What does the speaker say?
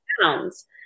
pounds